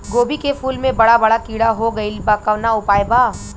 गोभी के फूल मे बड़ा बड़ा कीड़ा हो गइलबा कवन उपाय बा?